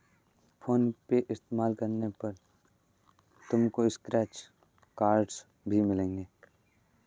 phone पे इस्तेमाल करने पर तुमको स्क्रैच कार्ड्स भी मिलेंगे